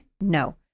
no